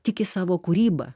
tik į savo kūrybą